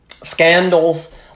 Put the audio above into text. scandals